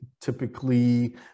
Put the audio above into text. typically